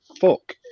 fuck